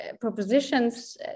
propositions